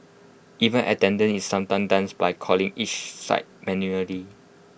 even attendance is sometimes done by calling each site manually